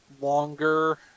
longer